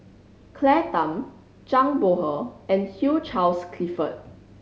Claire Tham Zhang Bohe and Hugh Charles Clifford